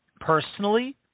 Personally